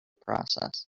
process